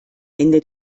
ende